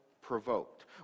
provoked